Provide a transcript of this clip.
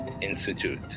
Institute